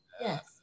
Yes